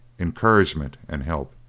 encouragement and help.